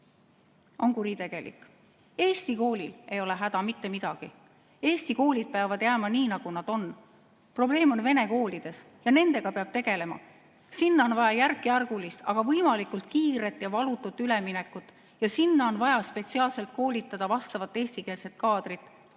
on kuritegelik. Eesti koolil ei ole häda mitte midagi. Eesti koolid peavad jääma nii, nagu nad on. Probleem on vene koolides ja nendega peab tegelema. Sinna on vaja järkjärgulist, aga võimalikult kiiret ja valutut üleminekut. Ja sinna on vaja spetsiaalselt koolitada eestikeelset kaadrit.